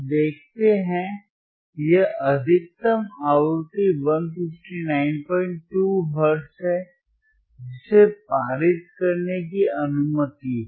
आप देखते हैं यह अधिकतम आवृत्ति 1592 हर्ट्ज है जिसे पारित करने की अनुमति है